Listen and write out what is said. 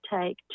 take